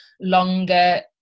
longer